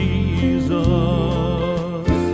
Jesus